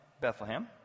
Bethlehem